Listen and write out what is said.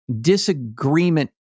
disagreement